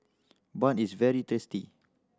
bun is very tasty